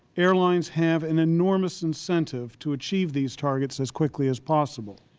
airlines have an enormous incentive to achieve these targets as quickly as possible.